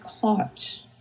caught